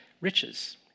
riches